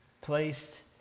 placed